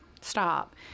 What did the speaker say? stop